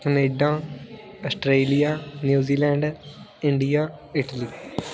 Canada Australia New Zealand India Italy